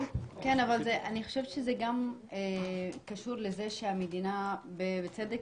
אני חושבת שזה גם קשור לזה שהמדינה בצדק